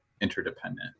interdependent